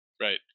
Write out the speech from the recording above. right